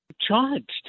charged